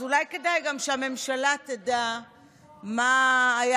אז אולי כדאי שגם הממשלה תדע מה היה